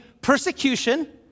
persecution